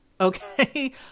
okay